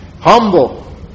Humble